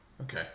Okay